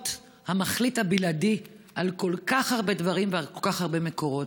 להיות המחליט הבלעדי על כל כך הרבה דברים ועל כל כך הרבה מקורות.